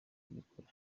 by’ukuri